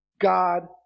God